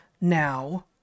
now